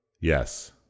Yes